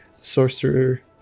Sorcerer